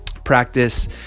practice